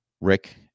Rick